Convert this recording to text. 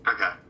Okay